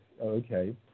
okay